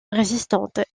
résistantes